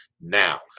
now